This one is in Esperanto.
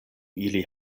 ili